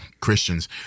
Christians